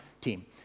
team